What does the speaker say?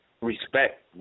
respect